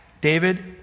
David